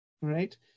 Right